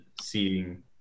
seeing